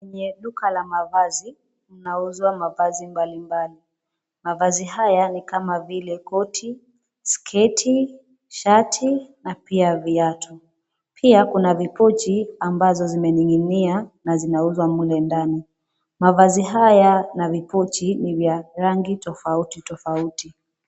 Kwenye duka la mavazi mnauzwa mavazi mbalimbali. Mavazi haya ni kama vile koti, sketi, shati na pia viatu. Pia kuna vipochi ambazo zimeng'ing'nia na zinauzwa mle ndani. Mavazi haya na vipochi ni vya rangi tofauti, tofauti.